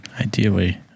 Ideally